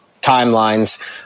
timelines